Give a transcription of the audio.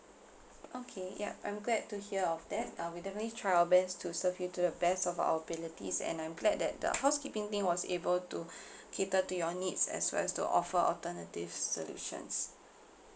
okay ya I'm glad to hear of that uh we definitely try our best to serve you to the best of our abilities and I'm glad that the housekeeping team was able to cater to your needs as well as to offer alternative solutions